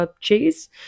cheese